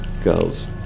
girls